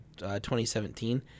2017